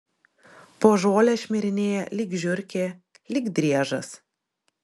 po žolę šmirinėja lyg žiurkė lyg driežas